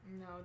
no